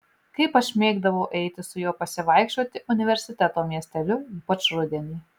kaip aš mėgdavau eiti su juo pasivaikščioti universiteto miesteliu ypač rudenį